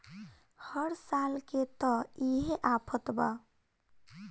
हर साल के त इहे आफत बा